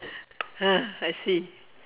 I see